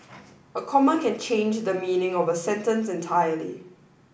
a comma can change the meaning of a sentence entirely